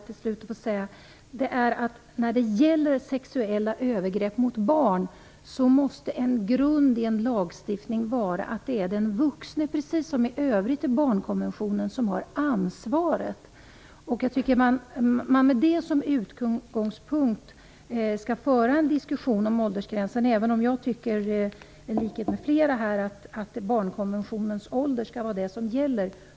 Till slut tycker jag att det är viktigt att få säga att grunden i lagstiftningen måste vara att det är den vuxne, precis som i övrigt i barnkonventionen, som har ansvaret när det gäller sexuella övergrepp på barn. Jag tycker att man med det som utgångspunkt skall föra en diskussion om åldersgränsen, även om jag, i likhet med flera här, tycker att den ålder som räknas som barn i barnkonventionen skall vara det som gäller.